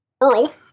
Earl